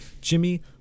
Jimmy